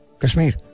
Kashmir